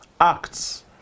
Acts